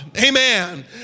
Amen